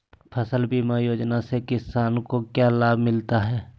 फसल बीमा योजना से किसान को क्या लाभ मिलता है?